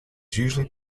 usually